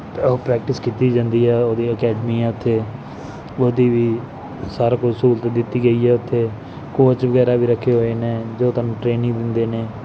practice ਕੀਤੀ ਜਾਂਦੀ ਆ ਉਹਦੀ ਅਕੈਡਮੀ ਆ ਉੱਥੇ ਉਹਦੀ ਵੀ ਸਾਰਾ ਕੁਝ ਸਹੂਲਤ ਦਿੱਤੀ ਗਈ ਹੈ ਉੱਥੇ ਕੋਚ ਵਗੈਰਾ ਵੀ ਰੱਖੇ ਹੋਏ ਨੇ ਜੋ ਤੁਹਾਨੂੰ ਟ੍ਰੇਨਿੰਗ ਦਿੰਦੇ ਨੇ